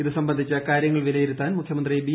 ഇത് സംബന്ധിച്ച് കാര്യങ്ങൾ വിലയിരുത്താ്ൻ മുഖ്യമന്ത്രി ബി